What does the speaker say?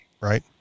Right